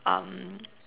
um